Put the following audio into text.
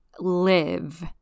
live